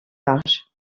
large